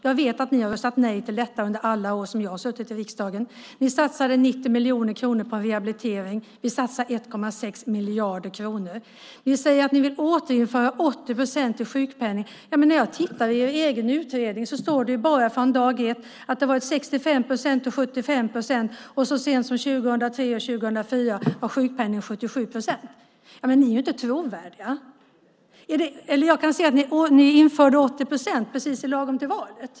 Jag vet att ni har röstat nej till detta under alla år som jag har suttit i riksdagen. Ni satsade 90 miljoner kronor på rehabilitering. Vi satsar 1,6 miljarder kronor. Ni säger att ni vill återinföra 80 procent i sjukpenning. Men när jag tittar i er egen utredning står det bara från dag ett att det har varit 65 procent och 75 procent, och så sent som 2003 och 2004 var sjukpenningen 77 procent. Ni är inte trovärdiga. Jag kan se att ni införde 80 procents sjukpenning precis lagom till valet.